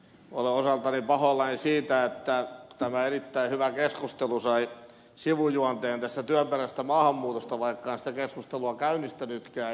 olen osaltani pahoillani siitä että tämä erittäin hyvä keskustelu sai sivujuonteen tästä työperäisestä maahanmuutosta vaikka en sitä keskustelua käynnistänytkään